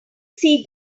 sea